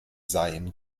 seien